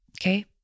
Okay